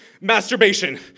masturbation